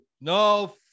no